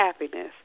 happiness